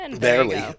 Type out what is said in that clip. barely